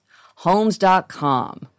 Homes.com